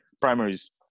primaries